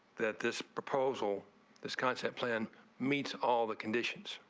that this proposal this concept plan meets all the conditions.